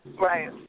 Right